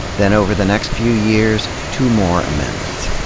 then over the next few years, two more amendments.